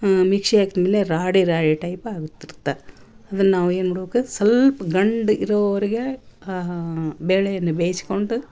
ಮಿಕ್ಶಿಗೆ ಹಾಕಿದ್ಮೇಲೆ ರಾಡಿ ರಾಡಿ ಟೈಪ್ ಆಗುತ್ತಿರುತ್ತ ಅದನ್ನ ನಾವು ಏನ್ಮಾಡಬೇಕು ಸ್ವಲ್ಪ ಗಂಡ ಇರೋವರೆಗೆ ಆ ಬೇಳೆಯನ್ನು ಬೇಯಿಸ್ಕೊಂಡು